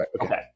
Okay